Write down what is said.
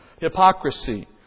hypocrisy